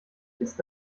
ist